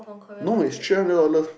no it's three hundred dollars